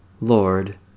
Lord